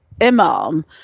imam